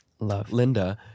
Linda